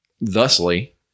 thusly